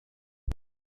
لدي